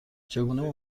چگونه